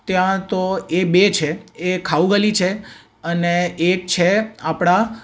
ત્યાં તો એ બે છે એ ખાઉ ગલી છે અને એક છે આપણાં